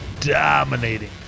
dominating